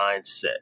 mindset